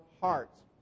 hearts